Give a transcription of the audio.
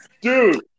dude